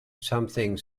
something